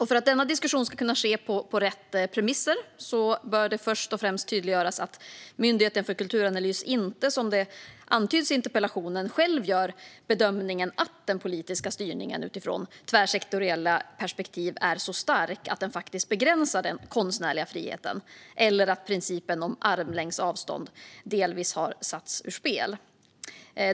För att denna diskussion ska kunna ske på rätt premisser bör det först och främst tydliggöras att Myndigheten för kulturanalys inte, som antyds i interpellationen, själv gör bedömningen att den politiska styrningen utifrån tvärsektoriella perspektiv är så stark att den begränsar den konstnärliga friheten eller att principen om armlängds avstånd delvis har satts ur spel.